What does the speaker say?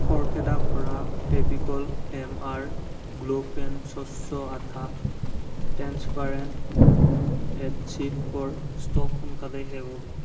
খৰখেদা কৰা Fevicol M R glue pen স্বচ্ছ আঠা ট্ৰেন্সপাৰেণ্ট এধেছিভৰ ষ্ট'ক সোনকালেই শেষ হ'ব